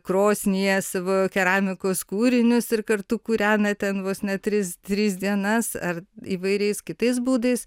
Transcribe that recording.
krosnyje savo keramikos kūrinius ir kartu kūrena ten vos ne tristris dienas ar įvairiais kitais būdais